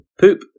Poop